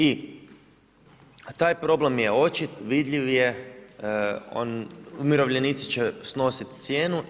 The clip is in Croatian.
I taj problem je očit, vidljiv je, umirovljenici će snositi cijenu.